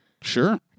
Sure